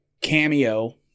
cameo